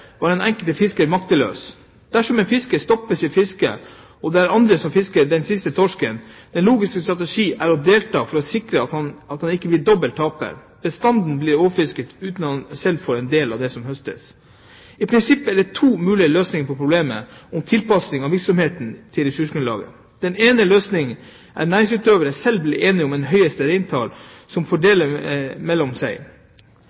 var den enkelte fisker maktesløs. Dersom en fisker stopper sitt fiske, er det andre som fisker den siste torsken. Den logiske strategi er å delta for å sikre at han ikke blir dobbelt taper: Bestanden blir overfisket uten at han selv får en del av det som høstes. I prinsippet er det to mulige løsninger på problemet med tilpasning av virksomheten til ressursgrunnlaget. Den ene løsningen er at næringsutøverne selv blir enige om et høyeste reintall som